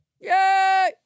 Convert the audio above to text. Yay